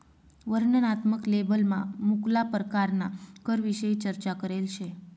वर्णनात्मक लेबलमा मुक्ला परकारना करविषयी चर्चा करेल शे